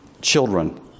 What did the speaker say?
children